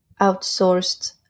outsourced